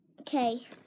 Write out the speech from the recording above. Okay